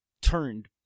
turned